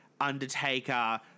Undertaker